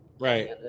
Right